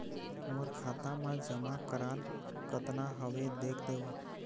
मोर खाता मा जमा कराल कतना हवे देख देव?